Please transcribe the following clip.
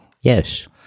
Yes